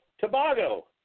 Tobago